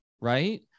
Right